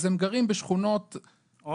אז הם גרים בשכונות מרוחקות,